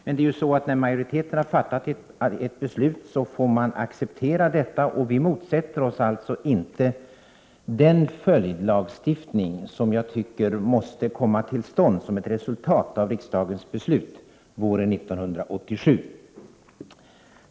Men det är ju så att när majoriteten har fattat ett beslut får man acceptera detta. Vi motsätter oss alltså inte den följdlagstiftning som jag tycker måste komma till stånd som ett resultat av riksdagens beslut våren 1987.